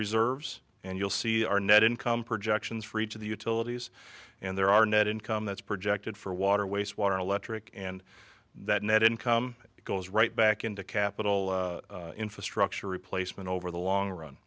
reserves and you'll see our net income projections for each of the utilities and there are net income that's projected for water waste water electric and that net income goes right back into capital infrastructure replacement over the long run